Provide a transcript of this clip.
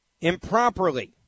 improperly